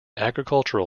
agricultural